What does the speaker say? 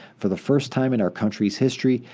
for the first time in our country's history,